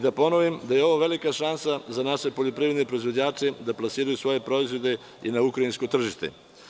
Da ponovim, da je ovo velika šansa za naše poljoprivredne proizvođače da plasiraju svoje proizvode i na ukrajinsko tržište.